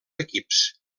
equips